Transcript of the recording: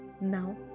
Now